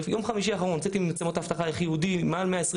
יום חמישי האחרון הוצאתי ממצלמות האבטחה איך יהודי מעל